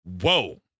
whoa